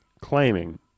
claiming